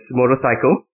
motorcycle